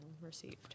received